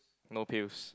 no pills